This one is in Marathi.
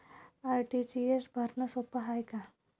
आर.टी.जी.एस भरनं सोप हाय का?